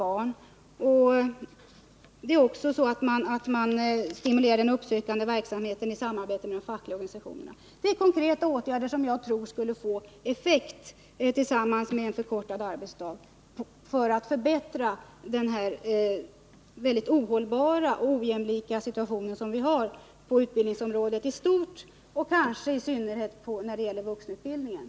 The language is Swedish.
Man kan också i samarbete med de fackliga organisationerna stimulera den uppsökande verksamheten. Detta är konkreta åtgärder som jag tror, tillsammans med en förkortning av arbetsdagen, skulle få effekt när det gäller att förbättra den ohållbara och ojämlika situationen på utbildningsområdet i stort och kanske vuxenutbildningen i synnerhet.